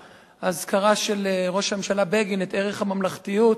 האזכרה לראש הממשלה בגין את ערך הממלכתיות,